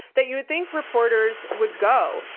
that you would think reporters would go.